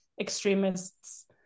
extremists